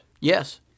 Yes